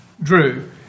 drew